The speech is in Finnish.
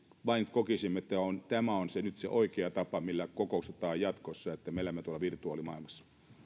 kokisimme että nyt se oikea tapa millä kokoustetaan jatkossa on vain se että me elämme tuolla virtuaalimaailmassa